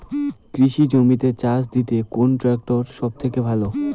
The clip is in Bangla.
কৃষি জমিতে চাষ দিতে কোন ট্রাক্টর সবথেকে ভালো?